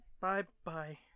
Bye-bye